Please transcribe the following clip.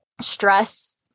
stress